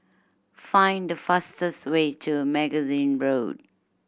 find the fastest way to Magazine Road